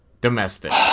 domestic